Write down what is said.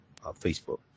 Facebook